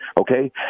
okay